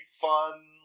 fun